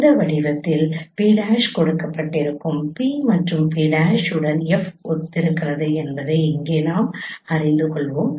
இந்த வடிவத்தில் P' கொடுக்கப்பட்டிருக்கும் P மற்றும் P' உடன் F ஒத்திருக்கிறது என்பதை இங்கே நாம் அறிந்து கொள்வோம்